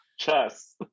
chess